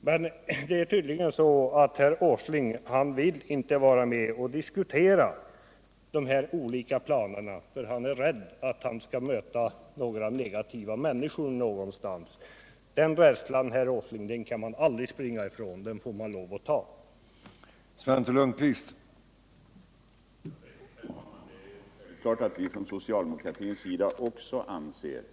Men tydligen vill inte herr Åsling vara med och diskutera de olika planerna, för han är rädd att han skall möta några negativa människor någonstans. Den rädslan, herr Åsling, kan man aldrig springa ifrån, den får man lov att stå ut med.